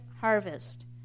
harvest